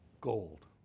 gold